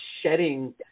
shedding